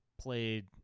played